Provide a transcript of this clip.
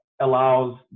allows